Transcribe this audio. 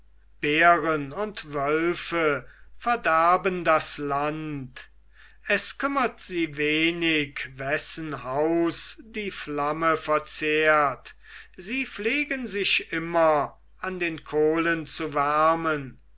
bären und wölfe verderben das land es kümmert sie wenig wessen haus die flamme verzehrt sie pflegen sich immer an den kohlen zu wärmen